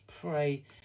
Pray